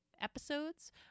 episodes